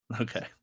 okay